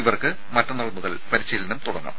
ഇവർക്ക് മറ്റന്നാൾ മുതൽ പരിശീലനം നൽകും